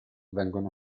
vengono